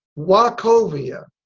wachovia,